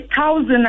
thousand